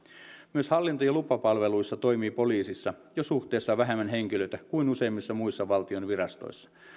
myös hallinto ja lupapalveluissa toimii poliisissa jo suhteessa vähemmän henkilöitä kuin useimmissa muissa valtion virastoissa